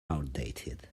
outdated